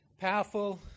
Powerful